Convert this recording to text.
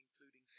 including